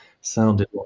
sounded